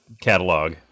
catalog